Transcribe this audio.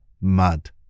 mud